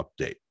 update